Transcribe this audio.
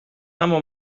اما